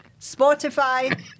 Spotify